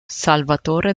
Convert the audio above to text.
salvatore